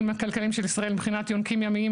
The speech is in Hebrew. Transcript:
הכלכליים של ישראל מבחינת יונקים ימיים,